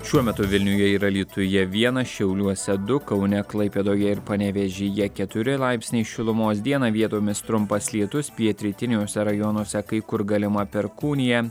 šiuo metu vilniuje ir alytuje vienas šiauliuose du kaune klaipėdoje ir panevėžyje keturi laipsniai šilumos dieną vietomis trumpas lietus pietrytiniuose rajonuose kai kur galima perkūnija